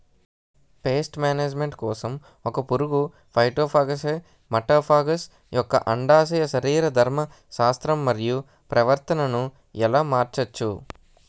Paste management కోసం ఒక పురుగు ఫైటోఫాగస్హె మటోఫాగస్ యెక్క అండాశయ శరీరధర్మ శాస్త్రం మరియు ప్రవర్తనను ఎలా మార్చచ్చు?